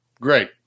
Great